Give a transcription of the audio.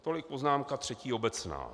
Tolik poznámka třetí obecná.